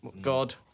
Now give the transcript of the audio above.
god